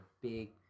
big